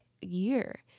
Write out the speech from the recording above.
year